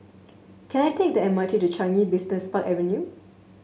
can I take the M R T to Changi Business Park Avenue